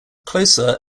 closer